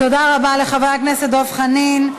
תודה רבה לחבר הכנסת דב חנין.